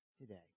today